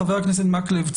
חבר הכנסת מקלב,